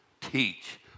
Teach